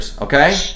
okay